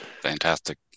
Fantastic